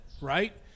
right